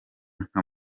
nka